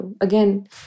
again